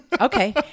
Okay